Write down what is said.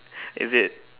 is it